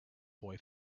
boy